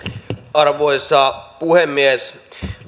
arvoisa puhemies